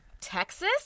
Texas